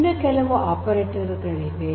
ಇನ್ನು ಕೆಲವು ಆಪರೇಟರ್ ಗಳಿವೆ